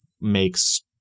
makes –